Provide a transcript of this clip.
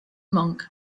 monk